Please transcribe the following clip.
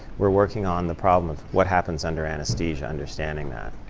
we're working on the problem of what happens under anesthesia, understanding that.